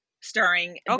starring